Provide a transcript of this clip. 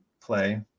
play